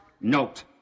note